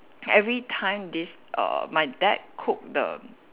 every time this err my dad cook the